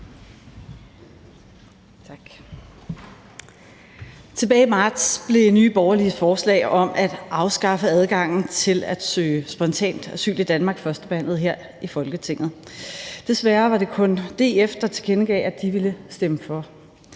Tilbage i marts blev Nye Borgerliges forslag om at afskaffe adgangen til at søge spontant asyl i Danmark førstebehandlet her i Folketinget. Desværre var det kun DF, der tilkendegav, at de ville stemme for.